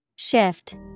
Shift